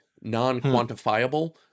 non-quantifiable